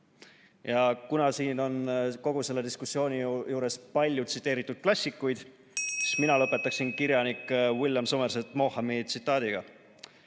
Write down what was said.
Kuna siin on kogu selle diskussiooni jooksul palju tsiteeritud klassikuid, siis mina lõpetan kirjanik William Somerset Maughami tsitaadiga: